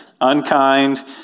Unkind